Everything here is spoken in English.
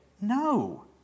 No